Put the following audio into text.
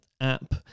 app